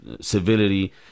civility